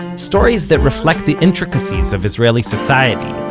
and stories that reflect the intricacies of israeli society,